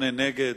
8, נגד,